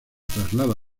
traslada